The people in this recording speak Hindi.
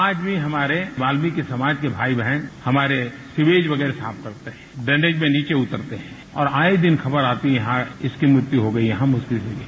आज भी हमारे वाल्मिकी समाज के भाई बहन हमारे सिवेज वगैरह साफ करते हैं ड्रेनेज में नीचे उतरते हैं और आए दिन खबर आती है कि यहां इसकी मृत्यु हो गई यहां उसकी मृत्यु हो गई